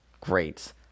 great